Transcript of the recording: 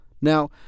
Now